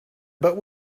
but